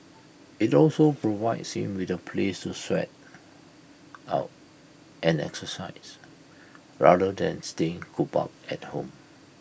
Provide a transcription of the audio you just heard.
IT also provides him with A place to sweat out and exercise rather than staying cooped up at home